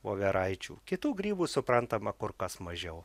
voveraičių kitų grybų suprantama kur kas mažiau